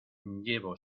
llevo